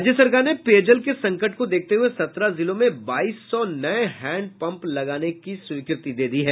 राज्य सरकार ने पेयजल के संकट को देखते हुये सत्रह जिलों में बाईस सौ नये हैंडपंपों लगाने की स्वीकृति दी है